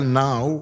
now